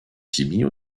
chemie